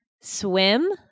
swim